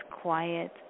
quiet